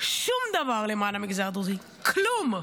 שום דבר למען המגזר הדרוזי, כלום.